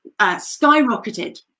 skyrocketed